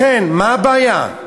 לכן, מה הבעיה?